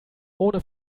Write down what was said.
ohne